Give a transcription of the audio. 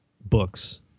books